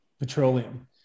petroleum